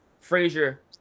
Frazier